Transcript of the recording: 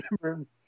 remember